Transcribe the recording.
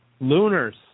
Lunars